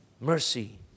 Mercy